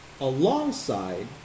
alongside